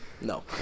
No